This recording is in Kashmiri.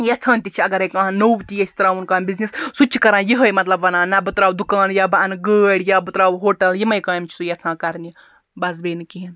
یَژھان تہِ چھِ اَگَرَے کانٛہہ نوٚو تہِ ییٚژھِ تراوُن کانٛہہ بِزنٮ۪س سُہ تہِ چھ کَران یِہے مَطلَب وَنان نہَ بہٕ تراوٕ دُکان یا بہٕ اَنہٕ گٲڑۍ یا بہٕ تراوٕ ہوٹَل یِمے یِمے کامہِ چھُ سُہ یَژھان کَرنہٕ بَس بیٚیہِ نہٕ کِہِیٖنۍ